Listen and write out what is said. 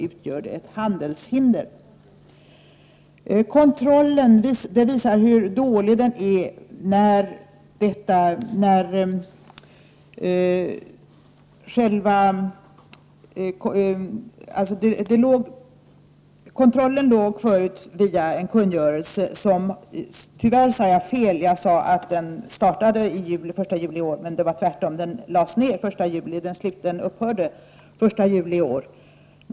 Att inte ta in produkten innebär nämligen ett handelshinder. Kontrollen skedde tidigare via en kungörelse. Tyvärr sade jag tidigare fel. Jag sade att detta startade den 1 juli i år, men det var tvärtom; kungörelsen upphörde den 1 juli i år.